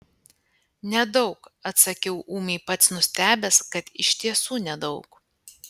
nedaug atsakiau ūmiai pats nustebęs kad iš tiesų nedaug